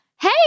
Hey